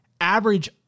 average